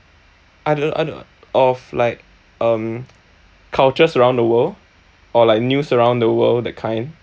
I don't I don't of like um cultures around the world or like news around the world that kind